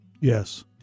Yes